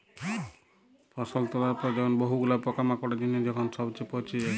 ফসল তোলার পরে যখন বহু গুলা পোকামাকড়ের জনহে যখন সবচে পচে যায়